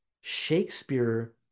Shakespeare